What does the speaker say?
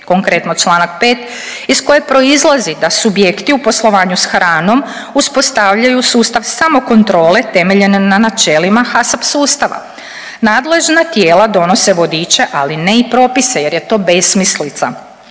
konkretno Članak 5. iz kojeg proizlazi da subjekti u poslovanju s hranom uspostavljaju sustav samokontrole temeljene na načelima HACCP sustava. Nadležna tijela donese vodiče, ali ne i propise jer je to besmislica.